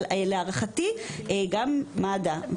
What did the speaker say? אבל להערכתי גם מד"א,